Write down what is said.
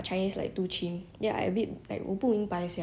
then 我看他们的 subtitles 我又我又 like also